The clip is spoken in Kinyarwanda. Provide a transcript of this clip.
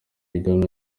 igana